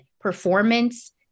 performance